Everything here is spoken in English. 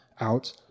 out